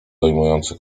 dojmujący